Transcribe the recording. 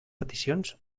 peticions